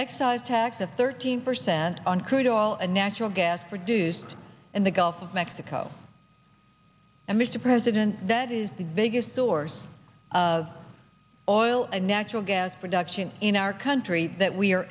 excise tax of thirteen percent on crude oil and natural gas produced in the gulf of mexico and mr president that is the biggest source of oil and natural gas production in our country that we are